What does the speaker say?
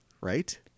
right